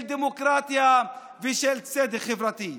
של דמוקרטיה ושל צדק חברתי,